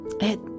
It